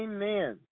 Amen